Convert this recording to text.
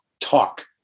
talk